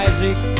Isaac